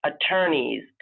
attorneys